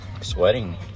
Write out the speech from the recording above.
sweating